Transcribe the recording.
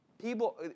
people